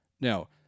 Now